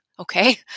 Okay